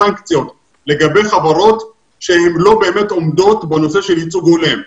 סנקציות לגבי חברות שהן לא באמת עומדות בנושא של ייצוג הולם,